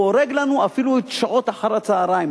הוא הורג לנו אפילו את שעות אחר הצהריים.